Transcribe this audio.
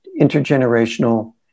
intergenerational